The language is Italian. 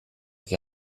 che